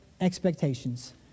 expectations